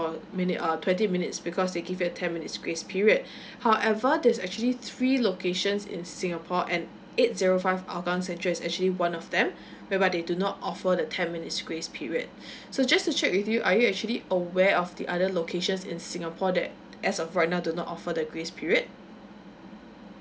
minute uh twenty minutes because they give you a ten minutes grace period however there is actually three locations in singapore and eight zero five hougang central is actually one of them whereby they do not offer the ten minutes grace period so just to check with you are you actually aware of the other locations in singapore that as of right now do not offer the grace period